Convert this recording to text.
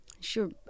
Sure